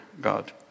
God